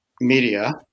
media